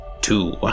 Two